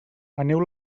aneu